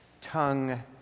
tongue